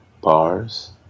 bars